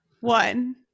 One